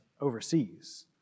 overseas